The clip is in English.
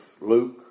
Luke